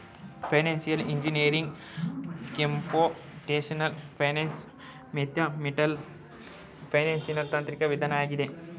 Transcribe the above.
financial engineering computational finance, mathematical finance ತಾಂತ್ರಿಕ ವಿಧಾನವಾಗಿದೆ